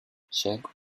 check